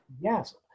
Yes